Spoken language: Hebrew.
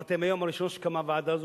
אמרתי מהיום הראשון שקמה הוועדה הזו,